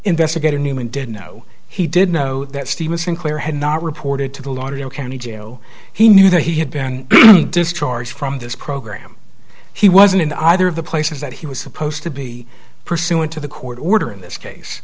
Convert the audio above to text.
investigator newman didn't know he did know that stephen sinclair had not reported to the lauderdale county jail he knew that he had been discharged from this program he wasn't in either of the places that he was supposed to be pursuant to the court order in this case